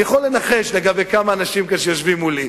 אני יכול לנחש לגבי כמה אנשים שיושבים כאן מולי.